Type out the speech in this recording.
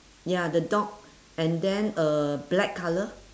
ya the dog and then uh black colour